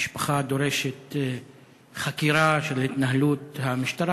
המשפחה דורשת חקירה של התנהלות המשטרה